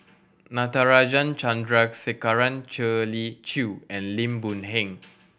Natarajan Chandrasekaran Shirley Chew and Lim Boon Heng